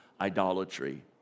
idolatry